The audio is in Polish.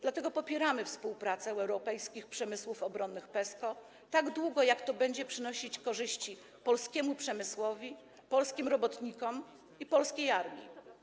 Dlatego będziemy popierać współpracę europejskich przemysłów obronnych PESCO tak długo, jak długo będzie to przynosić korzyści polskiemu przemysłowi, polskim robotnikom i polskiej armii.